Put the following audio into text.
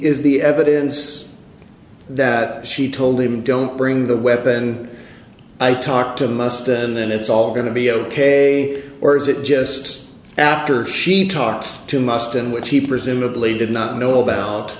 is the evidence that she told him don't bring the weapon i talk to most of them it's all going to be ok or is it just after she talks to must in which she presumably did not know about